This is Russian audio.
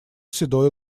седой